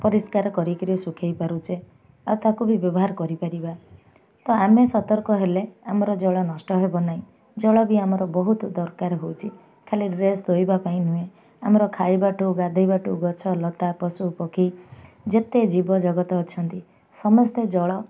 ପରିଷ୍କାର କରିକିରି ଶୁଖେଇ ପାରୁଛେ ଆଉ ତାକୁ ବି ବ୍ୟବହାର କରିପାରିବା ତ ଆମେ ସତର୍କ ହେଲେ ଆମର ଜଳ ନଷ୍ଟ ହେବ ନାହିଁ ଜଳ ବି ଆମର ବହୁତ ଦରକାର ହେଉଛି ଖାଲି ଡ୍ରେସ୍ ଧୋଇବା ପାଇଁ ନୁହେଁ ଆମର ଖାଇବା ଟୁ ଗାଧେଇବା ଟୁ ଗଛ ଲତା ପଶୁ ପକ୍ଷୀ ଯେତେ ଜୀବଜଗତ ଅଛନ୍ତି ସମସ୍ତେ ଜଳ